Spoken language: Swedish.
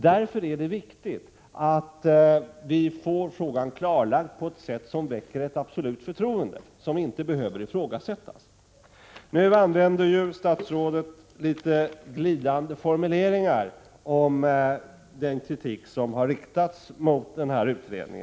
Därför är det viktigt att vi får frågan klarlagd på ett sätt som väcker ett absolut förtroende och som inte behöver ifrågasättas. Statsrådet använder litet glidande formuleringar om den kritik som har riktats mot denna utredning.